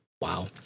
Wow